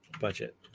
budget